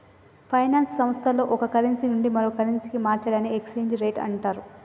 finance సంస్థల్లో ఒక currency నుండి మరో కరెన్సీకి మార్చడాన్ని ఎక్స్చేంజ్ రేట్ అంటరు